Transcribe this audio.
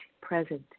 present